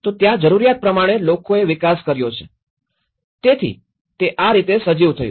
તો ત્યાં જરૂરિયાત પ્રમાણે લોકોએ વિકાશ કર્યો છે તેથી તે આ રીતે સજીવ થયું